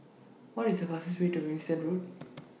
What IS The fastest Way to Winstedt Road